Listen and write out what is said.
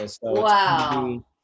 wow